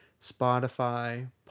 Spotify